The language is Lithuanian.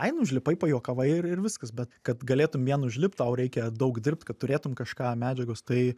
ai nu užlipai pajuokavai ir ir viskas bet kad galėtum vien užlipt tau reikia daug dirbt kad turėtum kažką medžiagos tai